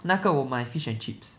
那个我买 fish and chips